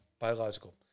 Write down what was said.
biological